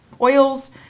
oils